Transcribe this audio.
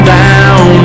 down